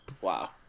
Wow